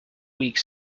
weak